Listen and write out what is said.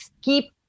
Keep